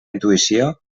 intuïció